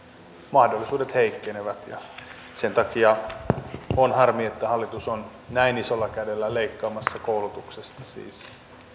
mahdollisuudet heikkenevät ja on harmi että hallitus on näin isolla kädellä leikkaamassa koulutuksesta siis